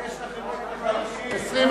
התשס"ט 2009,